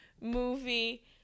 movie